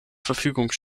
verfügung